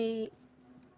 אני